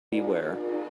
beware